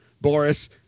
Boris